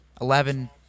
eleven